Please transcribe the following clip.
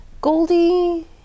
Goldie